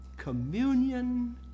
communion